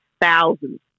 thousands